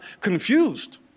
confused